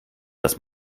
dass